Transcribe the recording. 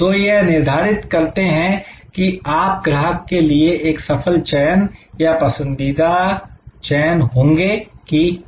जो यह निर्धारित करते हैं की आप ग्राहक के लिए एक सफल चयन या पसंदीदा चयन होंगे कि नहीं